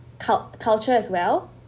cult~ culture as well